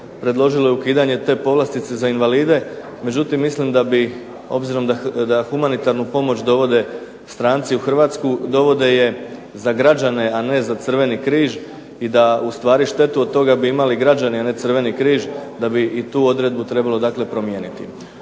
predložilo i ukidanje te povlastice za invalide. Međutim, mislim da bi obzirom da humanitarnu pomoć dovode stranci u Hrvatsku, dovode je za građane, a ne za Crveni križ i da ustvari štetu od toga bi imali građani, a ne Crveni križ, da bi i tu odredbu trebalo dakle promijeniti.